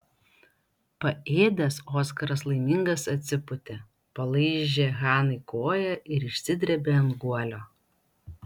paėdęs oskaras laimingas atsipūtė palaižė hanai koją ir išsidrėbė ant guolio